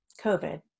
COVID